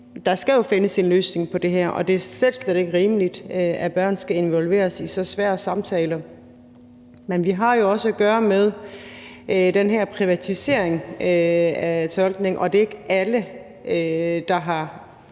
der skal jo findes en løsning på det her, og det er slet, slet ikke rimeligt, at børn skal involveres i så svære samtaler. Men vi har jo også at gøre med den her privatisering af tolkning. Folk kan være